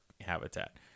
habitat